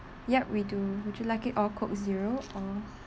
yup we do would you like it all Coke Zero or